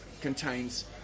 contains